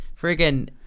Friggin